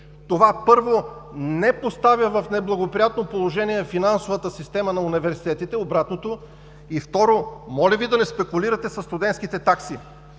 Това, първо, не поставя в неблагоприятно положение финансовата система на университетите – обратното, и, второ, моля Ви да не спекулирате със студентските такси.